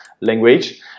language